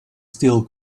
still